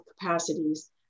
capacities